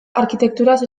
arkitekturaz